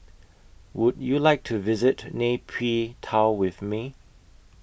Would YOU like to visit Nay Pyi Taw with Me